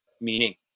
meaning